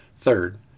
Third